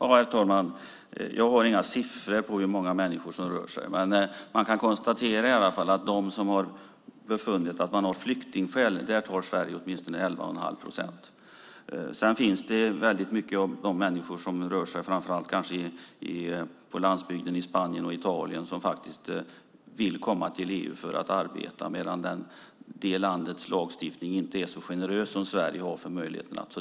Herr talman! Jag har inga siffror på hur många människor det rör sig om, men man kan konstatera att av dem som befunnits ha flyktingskäl tar Sverige emot åtminstone 11 1⁄2 procent. Många av dem som kanske framför allt rör sig på landsbygden i Spanien och Italien vill komma till EU för att arbeta, men dessa länders lagstiftning är inte så generös som Sveriges när det gäller de möjligheterna.